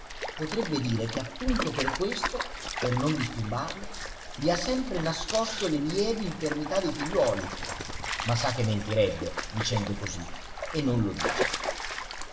potrebbe dire che appunto per questo per non disturbarlo gli ha sempre nascosto le lievi infermità dei figliuoli ma sa che mentirebbe dicendo così e non lo dice